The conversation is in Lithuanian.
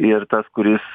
ir tas kuris